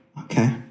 Okay